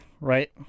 right